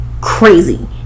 crazy